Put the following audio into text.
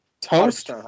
Toast